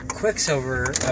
Quicksilver